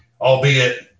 albeit